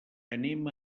anem